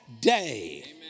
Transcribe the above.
day